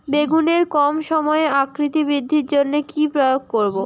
বেগুনের কম সময়ে আকৃতি বৃদ্ধির জন্য কি প্রয়োগ করব?